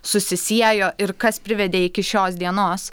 susisiejo ir kas privedė iki šios dienos